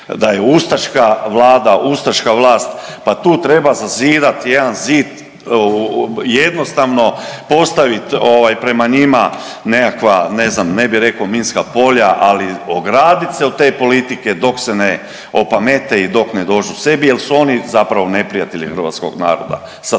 da je ustaška vlada, ustaška vlast, pa tu treba zazidati jedan zid jednostavno postaviti prema njima nekakva ne znam ne bi rekao minska polja, ali ogradit se od te politike dok se ne opamete i dok ne dođu sebi jer su oni zapravo neprijatelji hrvatskog naroda